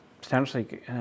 potentially